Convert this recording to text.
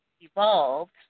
evolved